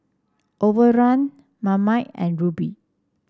Overrun Marmite and Rubi